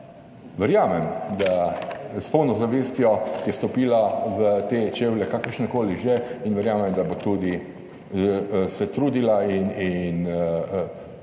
verjamem, da s polno zavestjo, ki je stopila v te čevlje, kakršnekoli že in verjamem, da bo tudi se trudila in poskušala